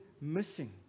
missing